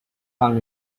hung